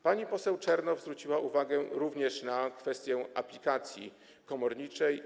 Pani posłanka Czernow zwróciła uwagę również na kwestię aplikacji komorniczej.